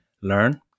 learn